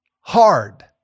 hard